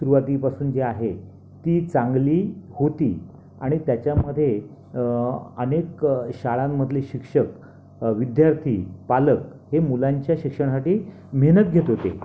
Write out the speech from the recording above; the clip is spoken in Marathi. सुरवातीपासून जी आहे ती चांगली होती आणि त्याच्यामध्ये अनेक शाळांमधले शिक्षक विद्यार्थी पालक हे मुलांच्या शिक्षणासाठी मेहनत घेत होते